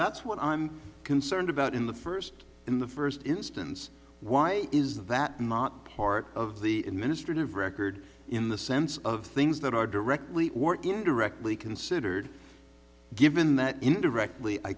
that's what i'm concerned about in the first in the first instance why is that not part of the administration of record in the sense of things that are directly or indirectly considered given that indirectly i